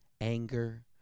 anger